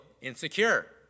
insecure